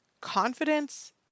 Confidence